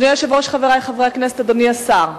אדוני היושב-ראש, חברי חברי הכנסת, אדוני השר,